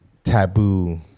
Taboo